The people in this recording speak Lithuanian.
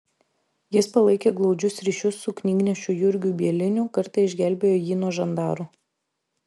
jis palaikė glaudžius ryšius su knygnešiu jurgiu bieliniu kartą išgelbėjo jį nuo žandaru